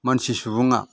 मानसि सुबुङा